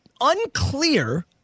unclear